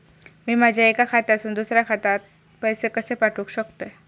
मी माझ्या एक्या खात्यासून दुसऱ्या खात्यात पैसे कशे पाठउक शकतय?